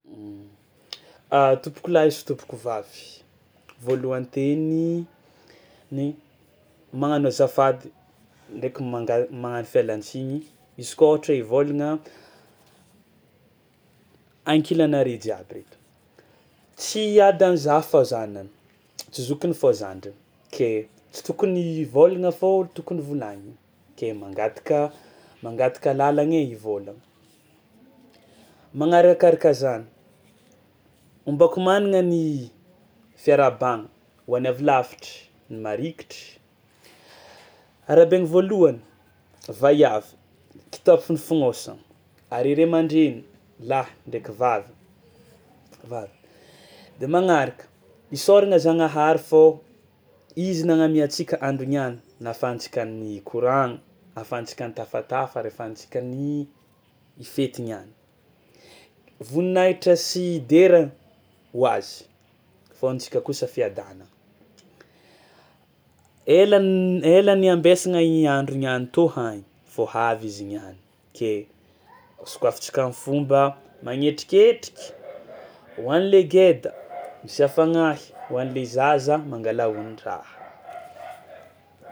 A tompokolahy sy tompokovavy, voalohan-teny ny magnano azafady ndraiky manga- magnano fialan-tsigny izy kôa ôhatra hoe hivôlagna ankilanareo jiaby reto, tsy i adany za fa zanany, tsy zokiny fô zandriny ke tsy tokony hivôlagna fô tokony hovolagniny ke mangataka mangataka alalagna e hivôlagna. Magnarakaraka zany, ombako managna ny fiarahabagna ho an'ny avy lavitra, ny marikitry; arahabaina voalohany vaiavy kitapo fo nofognôsagna ary ray aman-dreny lahy ndraiky vavy vavy de magnaraka isaorana zagnahary fô izy nanamia antsika andro niany nahafahantsika nikoragna, ahafahantsika mitafatafa ary ahafahantsika ny hifety niany, voninahitra sy dera ho azy fô antsika kosa fiadanagna. Ela n- ela niambesagna i andro niany to hagny fô havy izy niany ke sokafantsika am'fomba magnetriketriky ho an'le geda misy afagnahy, ho an'le zaza mangalà onitraha.